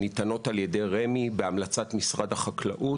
שניתנות על ידי רמ"י בהמלצת משרד החקלאות,